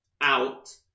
out